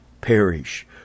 perish